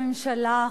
אדוני ראש הממשלה,